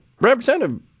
Representative